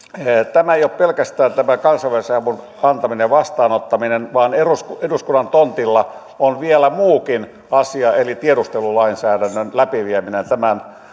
ei pelkästään tämän kansainvälisen avun antaminen ja vastaanottaminen vaan eduskunnan eduskunnan tontilla on vielä muukin asia eli tiedustelulainsäädännön läpivieminen